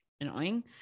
annoying